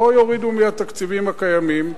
לא שיורידו מהתקציבים הקיימים,